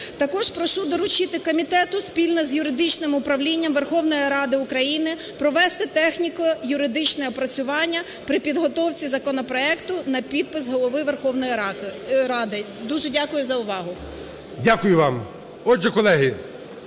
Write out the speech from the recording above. Також прошу доручити комітету спільно з юридичним управлінням Верховної Ради України провести техніко-юридичне опрацювання при підготовці законопроекту на підпис Голові Верховної Ради. Дуже дякую за увагу. ГОЛОВУЮЧИЙ. Дякую вам. Отже, колеги,